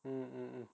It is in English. mm